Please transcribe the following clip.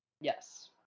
Yes